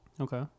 Okay